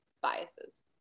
biases